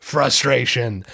Frustration